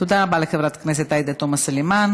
תודה רבה לחברת הכנסת עאידה תומא סלימאן.